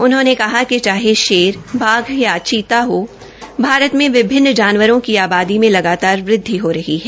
उन्होंने कहा कि चाहे शेर बाघ या चीता हो भारत में विभिन्न जानवरों की आबादी में लगातार वृद्धि हो रही है